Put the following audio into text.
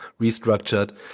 restructured